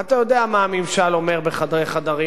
אתה יודע מה הממשל אומר בחדרי חדרים,